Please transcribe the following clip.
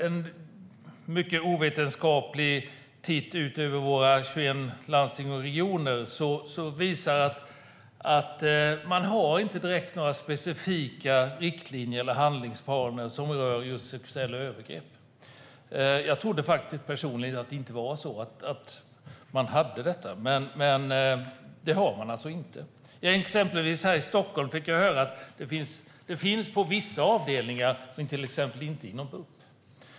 En mycket ovetenskaplig titt ut över våra 21 landsting och regioner visar att man inte direkt har några specifika riktlinjer eller handlingsplaner som rör just sexuella övergrepp. Jag trodde personligen inte att det var så. Jag trodde att man hade detta, men det har man alltså inte. Exempelvis här i Stockholm har jag fått höra att det finns på vissa avdelningar, men till exempel inte inom BUP.